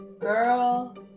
girl